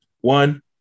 one